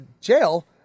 jail